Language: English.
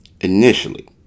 initially